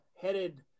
headed